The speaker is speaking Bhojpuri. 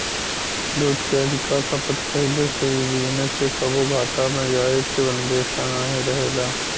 दूध के अधिका खपत भइले से इ बिजनेस के कबो घाटा में जाए के अंदेशा नाही रहेला